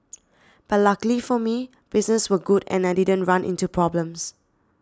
but luckily for me business was good and I didn't run into problems